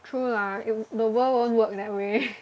true lah in the world won't work that way